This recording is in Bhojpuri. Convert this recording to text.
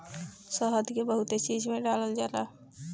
शहद के बहुते चीज में डालल जाला